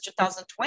2020